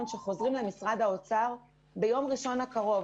שחוזרים אל משרד האוצר ביום ראשון הקרוב.